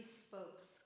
spokes